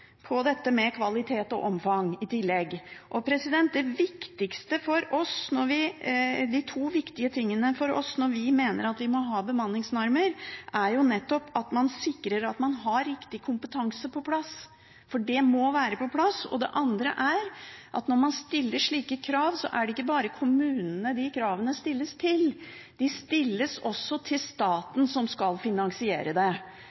De to viktige tingene for oss når vi mener at vi må ha bemanningsnormer, er nettopp at man sikrer at man har riktig kompetanse på plass – for det må være på plass – og det andre er at når man stiller slike krav, er det ikke bare kommunene de kravene stilles til. De stilles også til staten, som skal finansiere det.